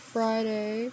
Friday